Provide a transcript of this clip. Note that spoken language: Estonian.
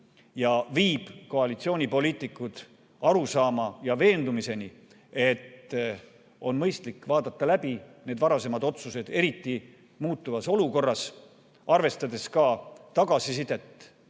viib koalitsioonipoliitikud arusaamale ja veendumusele, et on mõistlik vaadata läbi need varasemad otsused, eriti muutuvas olukorras, arvestades ka tagasisidet